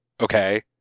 Okay